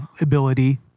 ability